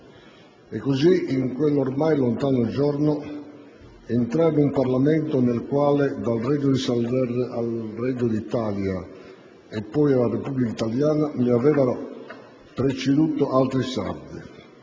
E così, in quell'ormai lontano giorno, entrai in un Parlamento nel quale dal Regno di Sardegna, al Regno d'Italia e poi alla Repubblica italiana, mi avevano preceduto altri sardi: